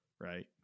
Right